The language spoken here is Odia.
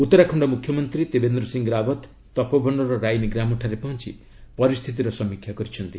ଉତ୍ତରାଖଣ୍ଡ ମୁଖ୍ୟମନ୍ତ୍ରୀ ତ୍ରିବେନ୍ଦ୍ର ସିଂ ରାବତ ତପୋବନର ରାଇନି ଗ୍ରାମଠାରେ ପହଞ୍ଚ ପରିସ୍ଥିତିର ସମୀକ୍ଷା କରିଛନ୍ତି